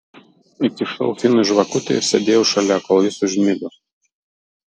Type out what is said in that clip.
įkišau finui žvakutę ir sėdėjau šalia kol jis užmigo